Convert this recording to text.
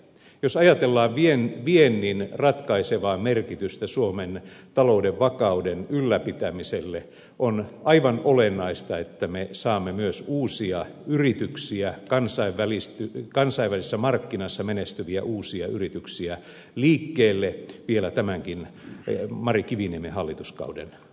jos ajatellaan viennin ratkaisevaa merkitystä suomen talouden vakauden ylläpitämiselle on aivan olennaista että me saamme myös uusia yrityksiä kansainvälisessä markkinassa menestyviä uusia yrityksiä liikkeelle vielä tämänkin mari kiviniemen hallituskauden aikana